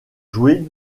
jouer